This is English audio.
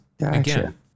again